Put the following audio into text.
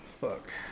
fuck